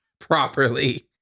properly